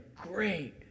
great